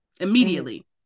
Immediately